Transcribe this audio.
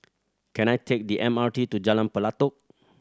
can I take the M R T to Jalan Pelatok